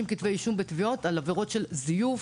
כתבי אישום בתביעות על עבירות של זיוף,